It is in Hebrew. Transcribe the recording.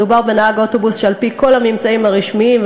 מדובר בנהג אוטובוס שעל-פי כל הממצאים הרשמיים,